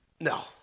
No